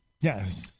Yes